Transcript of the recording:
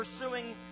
pursuing